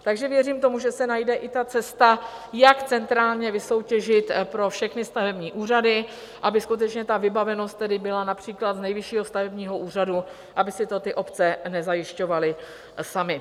Takže věřím tomu, že se najde i ta cesta, jak centrálně vysoutěžit pro všechny stavební úřady, aby skutečně ta vybavenost tedy byla například z Nejvyššího stavebního úřadu, aby si to ty obce nezajišťovaly samy.